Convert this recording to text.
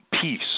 peace